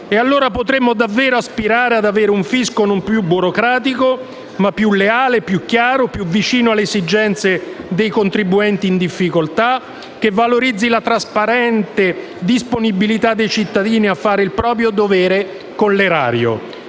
e allora potremo davvero aspirare ad avere un fisco non più burocratico, ma più leale, chiaro e vicino alle esigenze dei contribuenti in difficoltà, che valorizzi la trasparente disponibilità dei cittadini a fare il proprio dovere con l'erario.